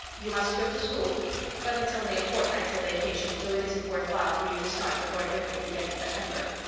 you must go to school but it's only a fortnight till vacation so it isn't worth while for you to start before it opens again in september.